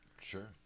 Sure